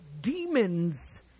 demons